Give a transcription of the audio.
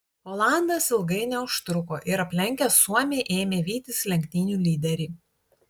olandas ilgai neužtruko ir aplenkęs suomį ėmė vytis lenktynių lyderį